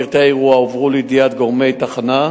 פרטי האירוע הועברו לידיעת גורמי תחנה,